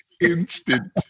Instant